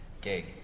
gig